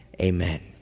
Amen